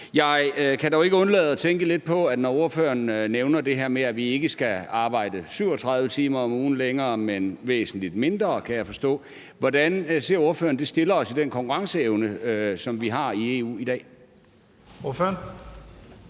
Jeg kan dog ikke undlade at tænke lidt på: Når ordføreren nævner det her med, at vi ikke skal arbejde 37 timer om ugen længere – men væsentlig mindre, kan jeg forstå – hvordan ser ordføreren så det stiller os i den konkurrenceevne, som vi har i EU i dag?